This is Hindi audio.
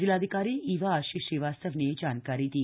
जिलाधिकारी इवा आशीष श्रीवास्तव ने यह जानकारी दी